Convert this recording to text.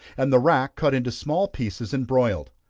and the rack cut into small pieces and broiled.